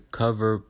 cover